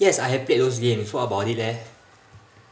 yes I have played those games what about it leh